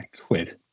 quid